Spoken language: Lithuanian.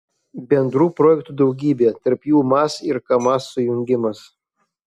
bendrų projektų daugybė tarp jų maz ir kamaz sujungimas